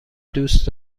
دوست